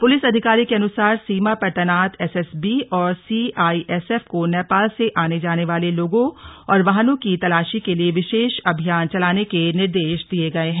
police अधिकारी के अनुसार सीमा पर तैनात एसएसबी और सीआईएसएफ को नेपाल से आने जाने वाले लोगो और वाहनों की तलाशी के लिए विशेष अभियान चलाने के निर्देश दिये गये हैं